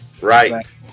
Right